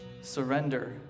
Surrender